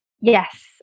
Yes